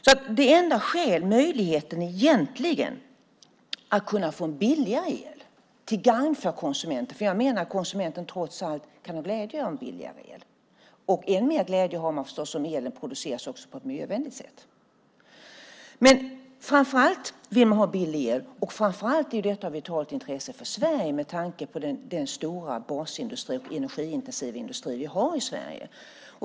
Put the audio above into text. Det finns en enda egentlig möjlighet att få en billigare el till gagn för konsumenten. Och jag menar att konsumenten trots allt kan ha glädje av en billigare el, och än mer glädje har man förstås om elen också produceras på ett miljövänligt sätt. Framför allt vill man ha billig el. Det är av vitalt intresse för Sverige med tanke på den stora basindustri och energiintensiva industri vi har i Sverige.